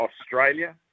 Australia